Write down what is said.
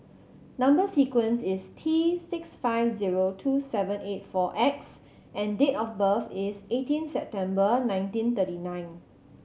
number sequence is T six five zero two seven eight four X and date of birth is eighteen September nineteen thirty nine